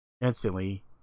Instantly